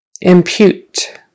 Impute